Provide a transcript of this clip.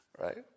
right